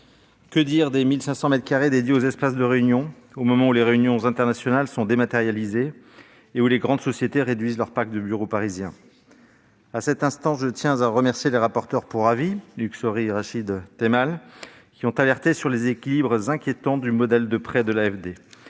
500 mètres carrés dédiés aux espaces de réunion, au moment où les réunions internationales sont dématérialisées et où les grandes sociétés réduisent leurs parcs de bureaux parisiens ? À cet instant, je tiens à remercier les rapporteurs pour avis, Hugues Saury et Rachid Temal, qui ont alerté sur les déséquilibres inquiétants du modèle de prêt de l'AFD,